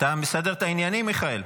אתה מסדר את העניינים, מיכאל?